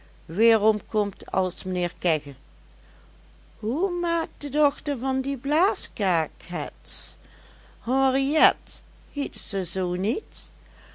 weerom komt als mijnheer kegge hoe maakt de dochter van dien blaaskaak het henriet hiet ze zoo niet